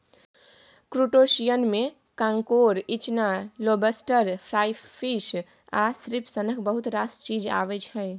क्रुटोशियनमे कांकोर, इचना, lobster, crayfish आ श्रिंप सनक बहुत रास जीब अबै छै